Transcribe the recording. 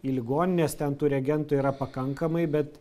į ligonines ten tų reagentų yra pakankamai bet